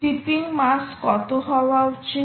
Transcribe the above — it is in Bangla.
টিপিং মাস কত হওয়া উচিত